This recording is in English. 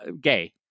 gay